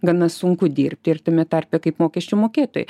gana sunku dirbti ir tame tarpe kaip mokesčių mokėtojai